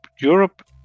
europe